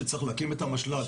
שצריך להקים את המשל"ט.